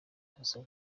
hassan